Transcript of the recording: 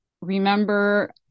remember